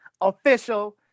official